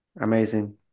Amazing